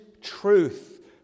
truth